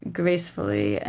gracefully